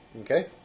Okay